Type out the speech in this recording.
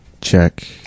Check